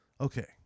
Okay